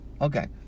okay